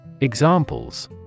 Examples